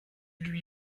lui